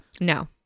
No